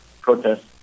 protest